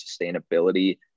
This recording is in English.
sustainability